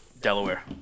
Delaware